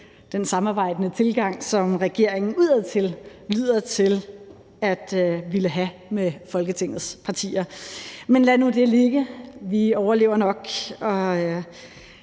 den samarbejdende tilgang, som regeringen udadtil lyder til at ville have med Folketingets partier. Men lad nu det ligge. Vi overlever nok.